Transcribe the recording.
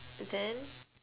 then